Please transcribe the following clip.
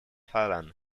phelan